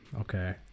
Okay